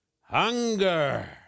hunger